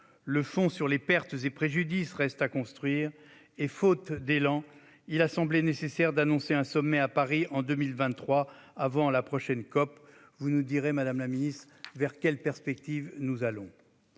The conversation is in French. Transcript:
le fonds pour les pertes et préjudices reste à construire et, faute d'élan, il a semblé nécessaire d'annoncer un sommet à Paris en 2023, avant la prochaine COP. Madame la ministre, vers quelles perspectives nous